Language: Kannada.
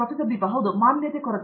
ದೀಪಾ ವೆಂಕಟೇಶ್ ಹೌದು ಮಾನ್ಯತೆ ಕೊರತೆ